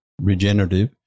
regenerative